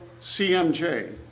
CMJ